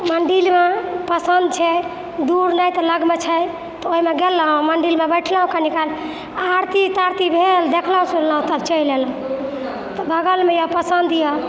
मण्डिलमे पसन्द छै दूर नहि तऽ लगमे छै तऽ ओहिमे गेलहुँ मण्डिलमे बैठलहुँ कनि काल आरती तारती भेल देखलहुँ सुनलहुँ तब चलि एलहुँ तऽ बगलमे यए पसन्द यए